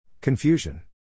Confusion